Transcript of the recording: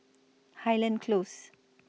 Highland Close